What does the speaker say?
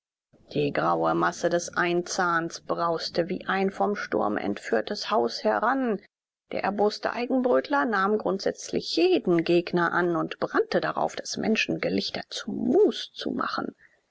die graue masse des einzahns brauste wie ein vom sturm entführtes haus heran der erboste eigenbrötler nahm grundsätzlich jeden gegner an und brannte darauf das menschengelichter zu mus zu machen